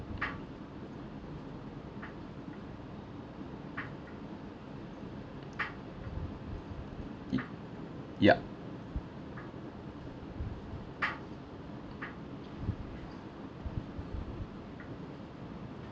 y~ yup